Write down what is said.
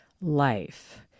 life